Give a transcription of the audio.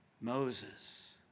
Moses